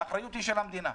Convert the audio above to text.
האחריות היא של המדינה.